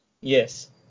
Yes